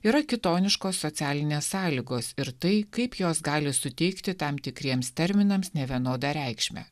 yra kitoniškos socialinės sąlygos ir tai kaip jos gali suteikti tam tikriems terminams nevienodą reikšmę